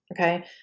Okay